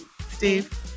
Steve